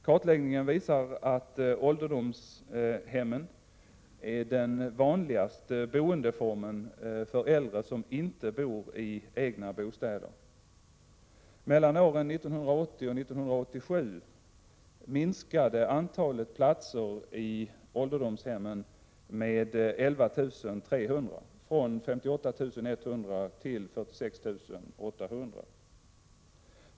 Kartläggningen visar att ålderdomshemmen är den vanligaste boendeformen för äldre som inte bor i egna bostäder. Mellan åren 1980 och 1987 minskade antalet platser i ålderdomshem med 11 300, från 58 100 till 46 800.